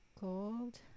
gold